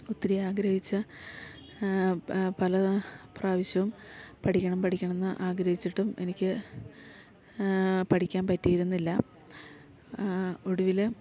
ഒത്തിരി ആഗ്രഹിച്ച് പല പ്രാവശ്യവും പഠിക്കണം പഠിക്കണം എന്ന് ആഗ്രഹിച്ചിട്ടും എനിക്ക് പഠിക്കാൻ പറ്റിയിരുന്നില്ല ഒടുവില്